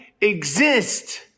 exist